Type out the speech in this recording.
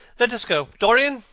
let us go. dorian,